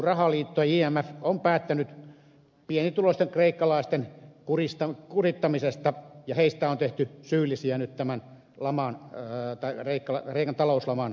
imf on päättänyt pienituloisten kreikkalaisten kurittamisesta ja heistä on nyt tehty syyllisiä nyt tämä lama on löytää tähän kreikan talouslamaan